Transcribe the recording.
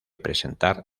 presentar